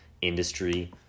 industry